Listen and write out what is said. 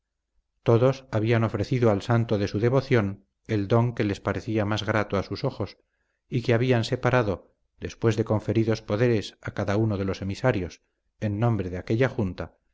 todos habían ofrecido al santo de su devoción el don que les parecía más grato a sus ojos y se habían separado después de conferidos poderes a cada uno de los emisarios en nombre de aquella junta